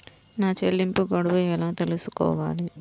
నా చెల్లింపు గడువు ఎలా తెలుసుకోవాలి?